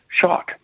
shock